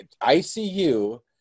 ICU